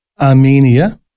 Armenia